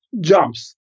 jumps